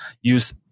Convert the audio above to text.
use